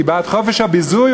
היא בעד חופש הביזוי,